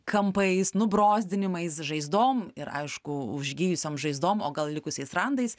kampais nubrozdinimais žaizdom ir aišku užgijusiom žaizdom o gal likusiais randais